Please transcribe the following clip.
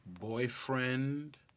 boyfriend